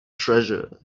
treasure